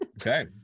Okay